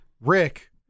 Rick